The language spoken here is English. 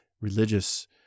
religious